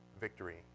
victory